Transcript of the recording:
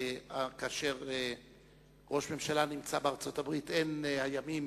כי כשראש הממשלה נמצא בארצות-הברית אין הימים